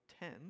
ten